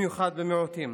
ובמיוחד במיעוטים.